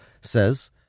says